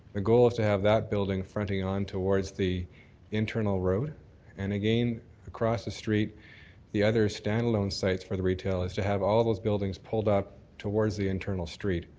the goal is to have that building fronting on towards the internal road and again across the street the other stand-alone sites for the retail is to have all those buildings pulled up towards the internal street.